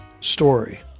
story